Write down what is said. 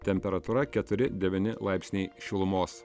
temperatūra keturi devyni laipsniai šilumos